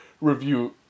review